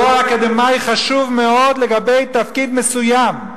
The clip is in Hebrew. תואר אקדמי חשוב מאוד לגבי תפקיד מסוים,